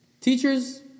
teachers